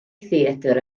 theatr